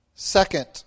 Second